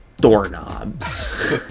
doorknobs